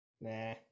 Nah